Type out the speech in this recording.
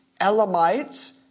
Elamites